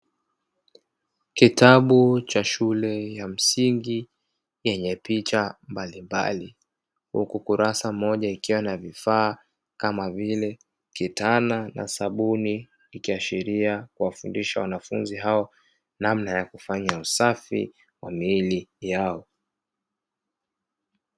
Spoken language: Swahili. Kitabu cha shule ya msingi yenye picha mbalimbali, huku kurasa moja ikiwa na vifaa kama vile; kitana na sabuni ikiashiria kuwafundisha wanafunzi hao namna ya kufanya usafi wa miili yao.